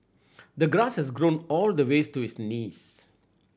the grass has grown all the ways to his knees